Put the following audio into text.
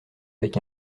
avec